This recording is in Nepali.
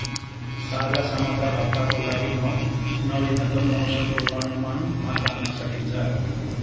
ताजा समाचार हप्ताको लागि न नवीनतम मौसम पूर्वानुमानमा तान्न सकिन्छ